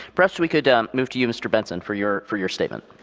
perhaps we could move to you, mr. benson, for your for your statement.